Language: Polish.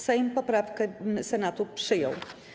Sejm poprawki Senatu przyjął.